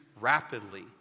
rapidly